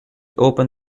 open